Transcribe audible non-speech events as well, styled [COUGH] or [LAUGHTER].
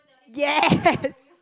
yes [LAUGHS]